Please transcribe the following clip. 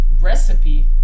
recipe